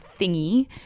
thingy